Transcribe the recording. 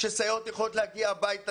שסייעות יכולות להגיע הביתה.